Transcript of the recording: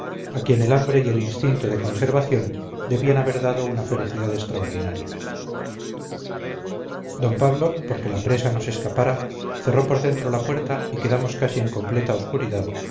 a quien el hambre y el instinto de conservación debían haber dado una ferocidad extraordinaria d pablo porque la presa no se escapara cerró por dentro la puerta y quedamos casi en completa oscuridad